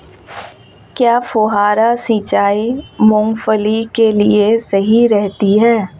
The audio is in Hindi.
क्या फुहारा सिंचाई मूंगफली के लिए सही रहती है?